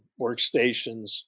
workstations